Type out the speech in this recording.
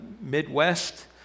Midwest